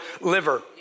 liver